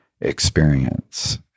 experience